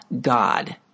God